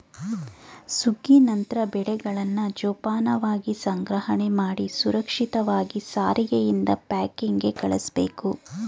ಸುಗ್ಗಿ ನಂತ್ರ ಬೆಳೆಗಳನ್ನ ಜೋಪಾನವಾಗಿ ಸಂಗ್ರಹಣೆಮಾಡಿ ಸುರಕ್ಷಿತವಾಗಿ ಸಾರಿಗೆಯಿಂದ ಪ್ಯಾಕಿಂಗ್ಗೆ ಕಳುಸ್ಬೇಕು